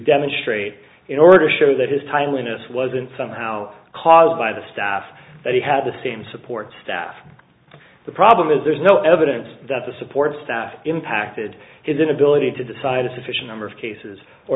demonstrate in order to show that his timeliness wasn't somehow caused by the staff that he had the same support staff the problem is there's no evidence that the support staff impacted his inability to decide a sufficient number of cases or